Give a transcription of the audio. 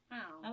Wow